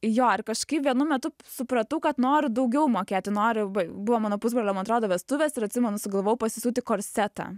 jo ir kažkaip vienu metu supratau kad noriu daugiau mokėti noriu buvo mano pusbrolio atrodo vestuvės ir atsimenu sugalvojau pasisiūti korsetą